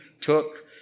took